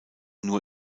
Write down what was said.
nur